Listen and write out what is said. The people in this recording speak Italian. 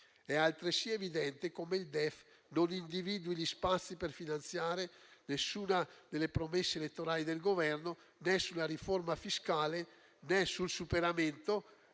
È altresì evidente che il DEF non individua gli spazi per finanziare alcuna delle promesse elettorali del Governo né sulla riforma fiscale né sul superamento